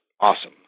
awesome